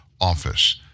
office